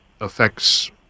affects